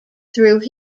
through